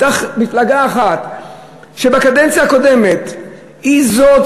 הייתה מפלגה אחת שבקדנציה הקודמת הייתה זאת